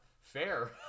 fair